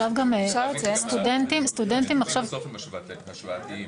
בסוף הם השוואתיים.